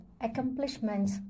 accomplishments